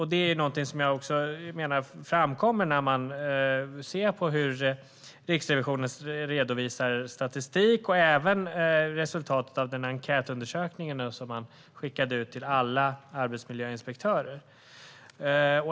Detta är någonting som jag också menar framkommer när man ser på hur Riksrevisionen redovisar statistik och även resultatet av den enkätundersökning som man skickade ut till alla arbetsmiljöinspektörer.